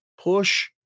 push